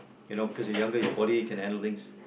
you know because when you're younger your body can handle things